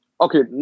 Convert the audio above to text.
Okay